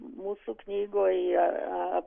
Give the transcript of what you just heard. mūsų knygoje